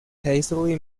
hastily